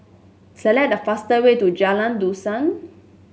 select the fastest way to Jalan Dusun